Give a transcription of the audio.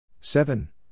seven